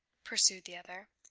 pursued the other.